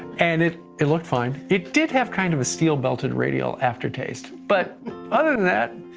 and it it looked fine. it did have kind of a steel-belted radial after taste, but other than that,